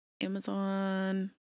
Amazon